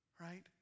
right